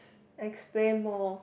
explain more